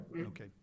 Okay